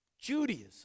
Judaism